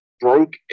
broke